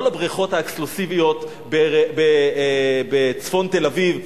לא לבריכות האקסקלוסיביות בצפון תל-אביב,